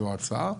זו הצעה,